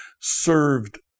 served